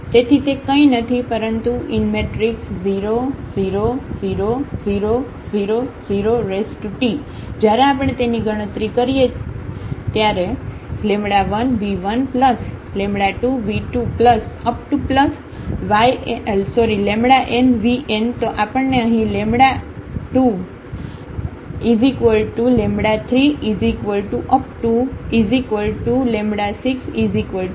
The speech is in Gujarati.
તેથી તે કઈ નથી પરંતુ 0 0 0 0 0 0T જ્યારે આપણે તેની ગણતરી કરીએ 1v12v2nvn તો આપણને અહીં 2360 સાથે શ્રેણિક મળશે આ છે